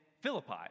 Philippi